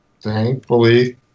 thankfully